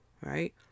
right